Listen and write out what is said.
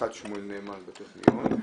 ומוסד שמואל נאמן בטכניון.